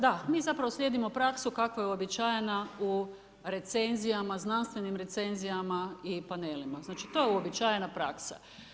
Da mi zapravo slijedimo prasku kako je uobičajena u recenzijama znanstvenim recenzijama i panelima, znači to je uobičajena praksa.